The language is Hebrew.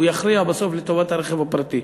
הוא יכריע בסוף לטובת הרכב הפרטי.